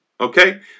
okay